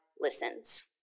listens